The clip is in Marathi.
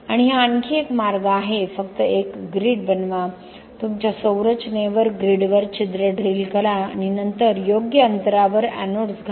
आणि हा आणखी एक मार्ग आहे फक्त एक ग्रिड बनवा तुमच्या संरचनेवर ग्रिडवर छिद्रे ड्रिल करा आणि नंतर योग्य अंतरावर एनोड्स घाला